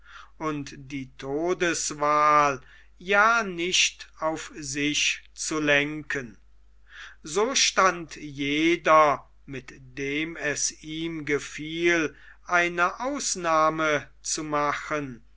und die todeswahl ja nicht auf sich zu lenken so stand jeder mit dem es ihm gefiel eine ausnahme zu machen